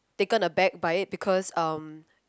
taken aback by it because um